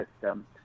system